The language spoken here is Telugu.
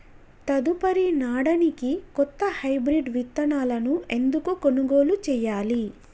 తదుపరి నాడనికి కొత్త హైబ్రిడ్ విత్తనాలను ఎందుకు కొనుగోలు చెయ్యాలి?